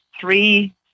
three